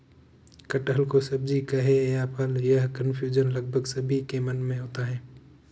कटहल को सब्जी कहें या फल, यह कन्फ्यूजन लगभग सभी के मन में होता है